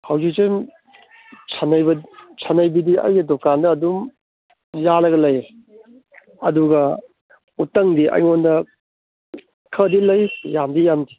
ꯍꯧꯖꯤꯛꯁꯨ ꯁꯟꯅꯩꯕꯤꯗꯤ ꯑꯩꯒꯤ ꯗꯨꯀꯥꯟꯗ ꯑꯗꯨꯝ ꯌꯥꯜꯂꯒ ꯂꯩ ꯑꯗꯨꯒ ꯎꯇꯪꯗꯤ ꯑꯩꯉꯣꯟꯗ ꯈꯔꯗꯤ ꯂꯩ ꯌꯥꯝꯗꯤ ꯌꯥꯝꯗꯦ